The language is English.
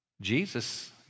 Jesus